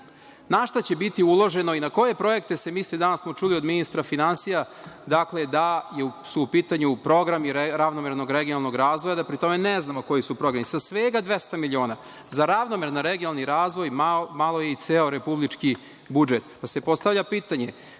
na šta će biti uloženo i na koje projekte se misli? Danas smo čuli od ministra finansija da su u pitanju programi ravnomernog razvoja, a da pri tome ne znamo koji su programi, sa svega 200 miliona. Za ravnomerni regionalni razvoja malo je i ceo republički budžet. Pa, postavlja se pitanje